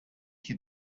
que